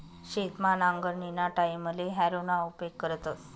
शेतमा नांगरणीना टाईमले हॅरोना उपेग करतस